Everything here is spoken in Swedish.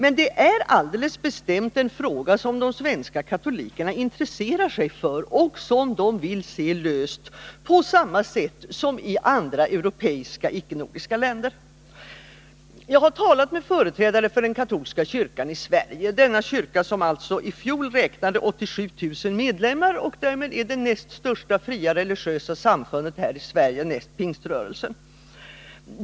Men det är alldeles bestämt en fråga som de svenska katolikerna intresserar sig för och som de vill se löst på samma sätt som i andra europeiska, icke-nordiska länder. Jag har talat med företrädare för den katolska kyrkan i Sverige, en kyrka somi fjol räknade 87 000 medlemmar och som därmed är det näst största fria religiösa samfundet i Sverige efter pingströrelsen.